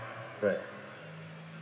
correct